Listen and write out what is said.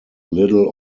little